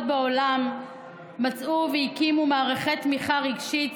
בעולם מצאו והקימו מערכת תמיכה רגשית,